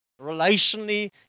relationally